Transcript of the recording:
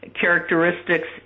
characteristics